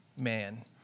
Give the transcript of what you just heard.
man